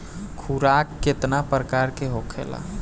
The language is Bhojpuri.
खुराक केतना प्रकार के होखेला?